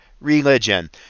religion